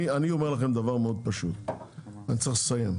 אני אומר לך דבר מאוד פשוט ואני גם צריך לסיים.